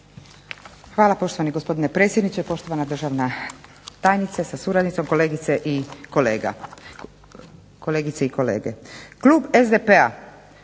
Hvala poštovani gospodine potpredsjedniče. Poštovana državna tajnice sa suradnicom, kolegice i kolege zastupnici.